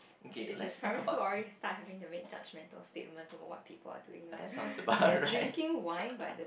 it's in primary school already start having the main judgemental statement about what people are doing like they are drinking wine but the